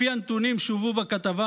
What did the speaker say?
לפי הנתונים שהובאו בכתבה,